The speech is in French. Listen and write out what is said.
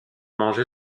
mangé